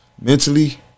Mentally